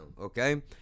okay